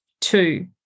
Two